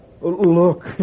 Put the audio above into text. Look